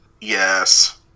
Yes